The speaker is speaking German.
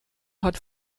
hat